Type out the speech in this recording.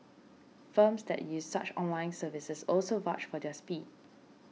firms that use such online services also vouch for their speed